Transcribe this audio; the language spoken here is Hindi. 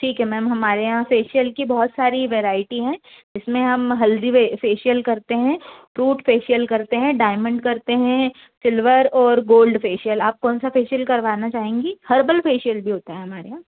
ठीक है मैम हमारे यहाँ फेसियल की बहुत सारी वेरैटी हैं जिसमें हम हल्दी फेसियल करते हैं फ्रूट फेसियल करते हैं डायमंड करते हैं सिल्वर और गोल्ड फेसियल आप कौन सा फेसियल करवाना चाहेंगी हर्बल फेसियल भी होता है हमारे यहाँ